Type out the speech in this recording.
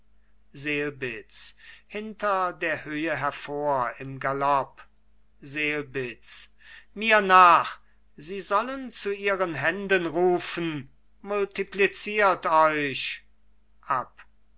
hervor im galopp selbitz mir nach sie sollen zu ihren händen rufen multipliziert euch